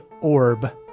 orb